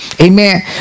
Amen